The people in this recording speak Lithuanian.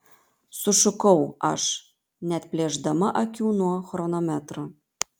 sušukau aš neatplėšdama akių nuo chronometro